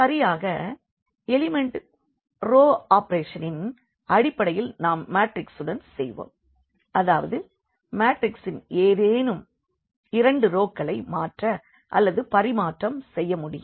சரியாக element row ஆபேரேஷனின் அடிப்படையில் நாம் மேட்ரிக்சுடன் செய்வோம் அதாவது மேட்ரிக்சின் ஏதேனும் 2 ரோக்களை மாற்ற அல்லது பரிமாற்றம் செய்ய முடியும்